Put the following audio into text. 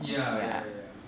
ya ya ya ya